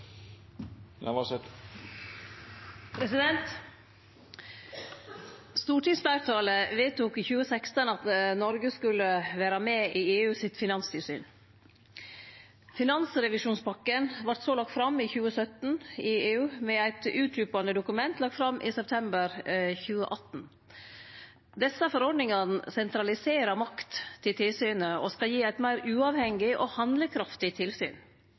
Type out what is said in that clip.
EØS-avtalen. Stortingsfleirtalet vedtok i 2016 at Noreg skulle vere med i EUs finanstilsyn. Finansrevisjonspakka vart så lagd fram i EU i 2017 med eit utdjupande dokument lagt fram i september 2018. Desse forordningane sentraliserer makt til tilsynet og skal gi eit meir uavhengig og handlekraftig tilsyn.